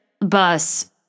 bus